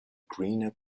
greener